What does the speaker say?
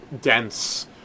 dense